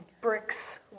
bricks